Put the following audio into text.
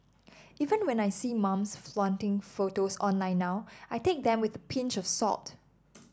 even when I see mums flaunting photos online now I take them with a pinch of salt